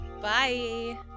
Bye